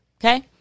Okay